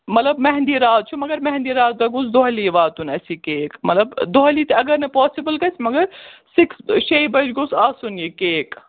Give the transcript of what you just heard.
مطلب مہنٛدی راتھ چھُ مگر مہنٛدی راتھ دۄہ گوٚژھ دۄہلی واتُن اَسہِ یہِ کیک مطلب دۄہلی تہِ اگر نہٕ پاسِبٕل گژھِ مگر سِکٕس شیٚہِ بَجہِ گوٚژھ آسُن یہِ کیک